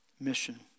mission